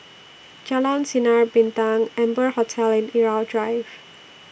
Jalan Sinar Bintang Amber Hotel and Irau Drive